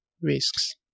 risks